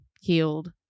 healed